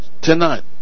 tonight